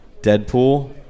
Deadpool